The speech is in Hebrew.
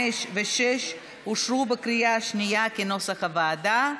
5 ו-6 אושרו בקריאה השנייה כנוסח הוועדה.